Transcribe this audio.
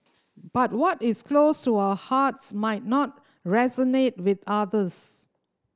but what is close to our hearts might not resonate with others